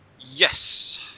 Yes